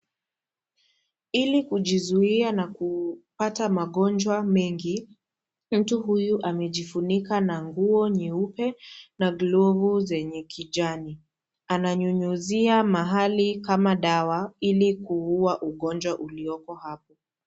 Ili kujizuia na kupata magonjwa mengi, mtu huyu amejifunika na nguo nyeupe, na glovu zenye kijani. Ananyunyuzia mahali kama dawa, ili kuua ugonjwa ulioko hapo.